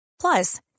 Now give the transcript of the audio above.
Plus